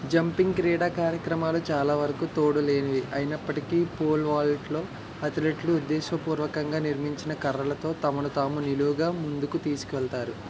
jumping క్రీడా కార్యక్రమాలు చాలా వరకు తోడు లేనివి అయినప్పటికీ పోల్ వాల్ట్లో అత్లెట్లు ఉద్దేశపూర్వకంగా నిర్మించిన కర్రలతో తమను తాము నిలువుగా ముందుకు తీసుకువెళతారు